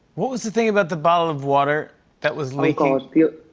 what was the thing about the bottle of water that was leaking? oh,